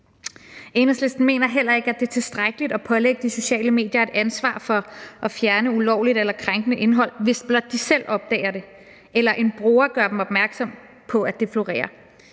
Enhedslisten mener heller ikke, at det er tilstrækkeligt at pålægge de sociale medier et ansvar for at fjerne ulovligt eller krænkende indhold, hvis blot de selv opdager det eller en bruger gør dem opmærksom på, at det florerer,